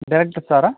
director Sarah